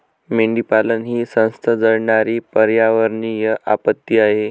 मेंढीपालन ही संथ जळणारी पर्यावरणीय आपत्ती आहे